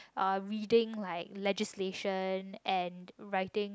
uh reading like legislation and writing